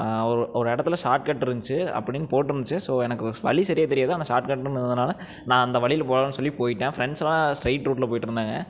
ஒரு இடத்துல ஷார்ட்கட்ருந்ச்சு அப்படின் போட்டிருந்ச்சி ஸோ எனக்கு ஸ் வழி சரியாக தெரியாது ஆனால் ஷார்ட்கட்டுன்னு இருந்தனால் நான் அந்த வழியில் போகலான் சொல்லி போயிட்டேன் ஃப்ரெண்ட்ஸுலாம் ஸ்ட்ரைட் ரூட்டில் போயிட்டிருந்தாங்க